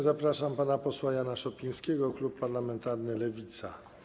Zapraszam pana posła Jana Szopińskiego, klub parlamentarny Lewica.